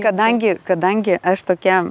kadangi kadangi aš tokia